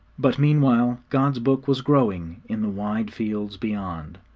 but meanwhile god's book was growing in the wide fields beyond.